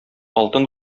алтын